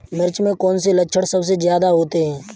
मिर्च में कौन से लक्षण सबसे ज्यादा होते हैं?